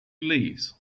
leaves